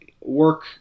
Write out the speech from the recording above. work